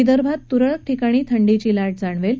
विदर्भात तुरळक ठिकाणी थंडीची लाट जाणवेल